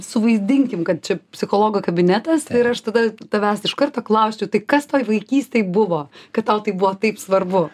suvaidinkim kad čia psichologo kabinetas ir aš tada tavęs iš karto klausiu tai kas toj vaikystėj buvo kad tau tai buvo taip svarbu